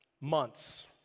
months